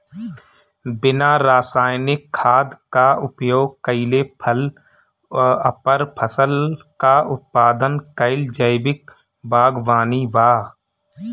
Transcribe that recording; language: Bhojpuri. बिना रासायनिक खाद क उपयोग कइले फल अउर फसल क उत्पादन कइल जैविक बागवानी बा